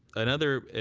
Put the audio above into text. another